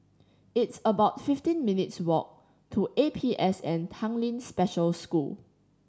it's about fifteen minutes' walk to A P S N Tanglin Special School